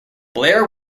blair